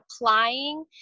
applying